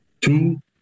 Two